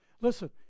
Listen